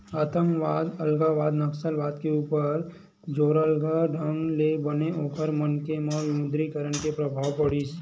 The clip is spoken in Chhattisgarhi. आंतकवाद, अलगावाद, नक्सलवाद के ऊपर जोरलगहा ढंग ले बने ओखर मन के म विमुद्रीकरन के परभाव पड़िस